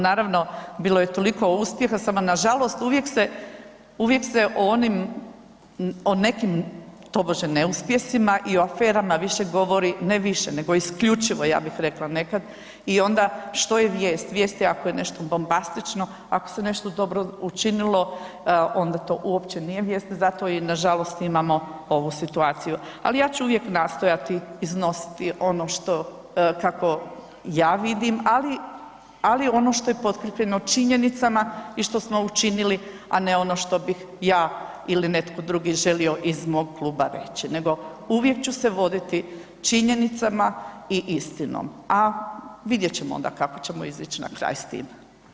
Naravno, bilo je toliko uspjeha, samo nažalost uvijek se, uvijek se o onim, o nekim tobože neuspjesima i aferama više govori, ne više nego isključivo ja bih rekla nekad i onda što je vijest, vijest je ako je nešto bombastično, ako se nešto dobro učinilo onda to uopće nije vijest, zato i nažalost imamo ovu situaciju, ali ja ću uvijek nastojati iznositi ono što, kako ja vidim, ali, ali ono što je potkrijepljeno činjenicama i što smo učinili, a ne ono što bih ja ili netko drugi želio iz mog kluba reći nego uvijek ću se voditi činjenicama i istinom, a vidjet ćemo onda kako ćemo izić na kraj s tim.